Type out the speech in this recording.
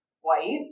white